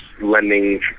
lending